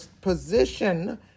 position